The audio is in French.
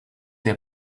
des